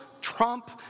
trump